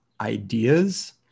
ideas